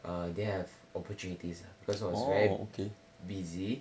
uh didn't have opportunities because I was very busy